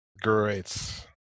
Great